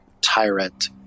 tyrant